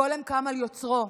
הגולם קם על יוצרו.